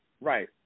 Right